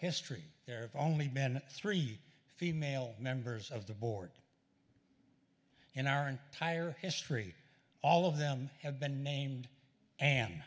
history there have only been three female members of the board in our entire history all of them have been named an